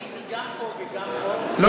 הייתי גם פה וגם פה, לא